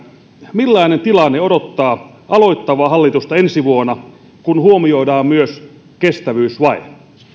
millainen tilanne odottaa aloittavaa hallitusta ensi vuonna kun huomioidaan myös kestävyysvaje